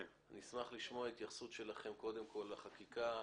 אני אשמח לשמוע התייחסות שלכם קודם כל לחקיקה,